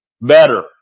better